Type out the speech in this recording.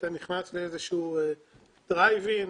אתה נכנס לאיזשהו דרייב-אין,